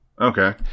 Okay